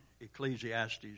Ecclesiastes